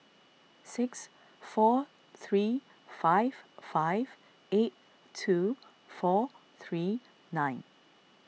six four three five five eight two four three nine